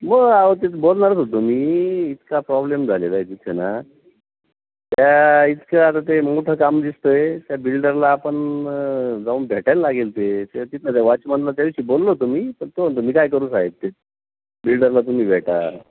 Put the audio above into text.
ब आहो तेच बोलणारच होतो मी इतका प्रॉब्लेम झालेला आहे तिथं ना त्या इतकं आता ते मोठं काम दिसतं आहे त्या बिल्डरला आपण जाऊन भेटायला लागेल ते तिथनं त्या वाचमानला त्याविषयी बोललो होतो मी पण तो म्हणतो मी काय करू साहेब ते बिल्डरला तुम्ही भेटा